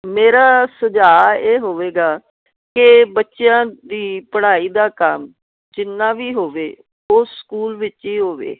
ਮੇਰਾ ਸੁਝਾਅ ਇਹ ਹੋਵੇਗਾ ਕਿ ਬੱਚਿਆਂ ਦੀ ਪੜ੍ਹਾਈ ਦਾ ਕੰਮ ਜਿੰਨਾ ਵੀ ਹੋਵੇ ਉਹ ਸਕੂਲ ਵਿੱਚ ਹੀ ਹੋਵੇ